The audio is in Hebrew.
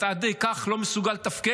אתה עד כדי כך לא מסוגל לתפקד?